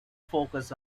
focus